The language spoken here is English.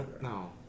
No